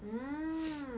mm